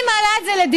אני מעלה את זה לדיון.